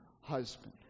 husband